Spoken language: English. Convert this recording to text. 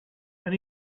and